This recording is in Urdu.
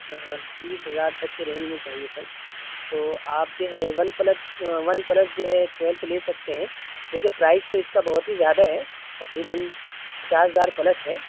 ہاں تیس ہزار تک کے رینج میں چاہیے سر تو آپ جو ہے ون پلس ون پلس جو ہے ٹویلتھ لے سکتے ہیں دیکھیے پرائز تو اس کا بہت ہی زیادہ ہے تقریباً پچاس ہزار پلس ہے